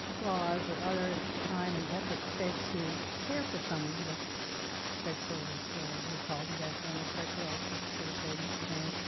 gauze or other time and effort spent to care for someone with bedsores, as they called them back then, or pressure ulcers as we say them today?